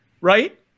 Right